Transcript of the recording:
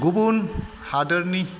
गुबुन हादरनि